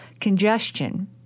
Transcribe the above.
congestion